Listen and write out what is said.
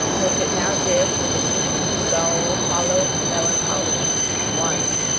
which it now did with a deep, dull, hollow, melancholy one.